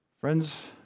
Friends